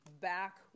back